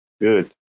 Good